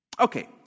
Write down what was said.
okay